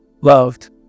loved